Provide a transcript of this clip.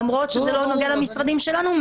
למרות שזה לא נוגע למשרדים שלנו,